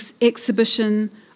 exhibition